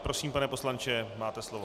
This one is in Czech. Prosím, pane poslanče, máte slovo.